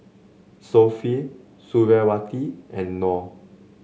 Sofea Suriawati and Nor